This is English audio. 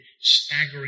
staggering